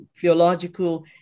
Theological